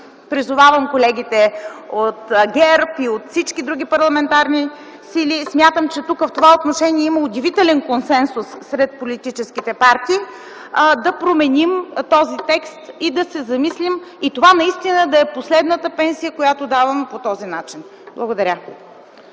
призовавам колегите от ГЕРБ и от всички други парламентарни сили. Смятам, че тук в това отношение има удивителен консенсус сред политическите партии да променим този текст и да се замислим, и това наистина да е последната пенсия, която даваме по този начин. Благодаря.